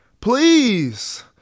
Please